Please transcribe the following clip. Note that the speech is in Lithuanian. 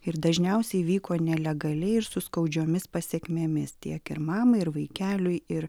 ir dažniausiai vyko nelegaliai ir su skaudžiomis pasekmėmis tiek ir mamai ir vaikeliui ir